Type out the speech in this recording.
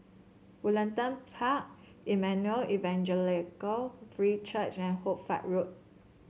Woollerton Park Emmanuel Evangelical Free Church and Hoy Fatt Road